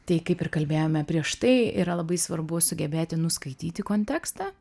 tai kaip ir kalbėjome prieš tai yra labai svarbu sugebėti nuskaityti kontekstą